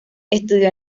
estudió